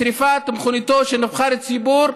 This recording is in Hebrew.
שרפת מכוניתו של נבחר ציבור,